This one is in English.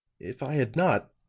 if i had not,